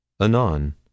Anon